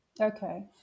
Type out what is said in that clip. Okay